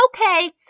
Okay